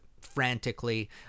frantically